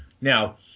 Now